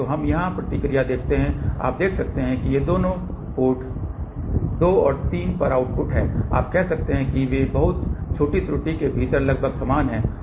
तो हम यहां प्रतिक्रिया देखते हैं आप देख सकते हैं कि ये दो पोर्ट 2 और 3 पर आउटपुट हैं आप कह सकते हैं कि वे बहुत छोटी त्रुटि के भीतर लगभग समान हैं